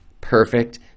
perfect